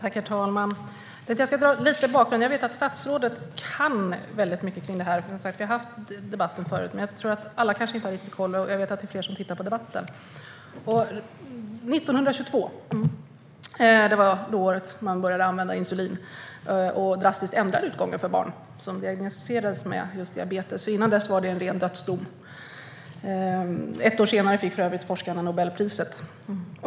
Herr talman! Jag tänkte att jag ska ge en bakgrund till den här frågan. Jag vet att statsrådet kan mycket om det här. Vi har debatterat detta tidigare, men jag tror att alla kanske inte riktigt har koll, och jag vet att det är flera som tittar på debatten. År 1922 började man använda insulin och ändrade drastiskt utgången för barn som diagnosticerats med diabetes. Tidigare var det en ren dödsdom. Ett år senare fick forskarna Nobelpriset.